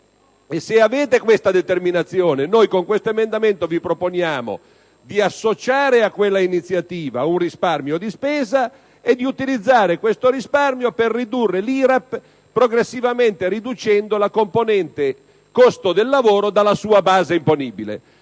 Se avete questa determinazione, noi con questo emendamento vi proponiamo di associare a quella iniziativa un risparmio di spesa e di utilizzarlo per diminuire progressivamente l'IRAP, riducendo la componente costo del lavoro dalla sua base imponibile.